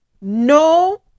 No